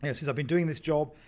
and since i've been doing this job,